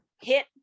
hit